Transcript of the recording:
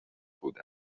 بوده